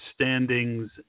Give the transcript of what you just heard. standings